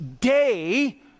day